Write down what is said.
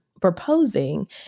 proposing